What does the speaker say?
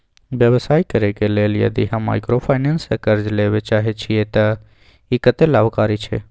व्यवसाय करे के लेल यदि हम माइक्रोफाइनेंस स कर्ज लेबे चाहे छिये त इ कत्ते लाभकारी छै?